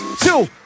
two